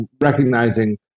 recognizing